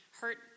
hurt